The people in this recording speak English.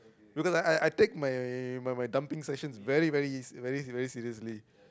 because I I I take my my my dumping sessions very very very very seriously